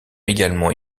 également